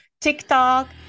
TikTok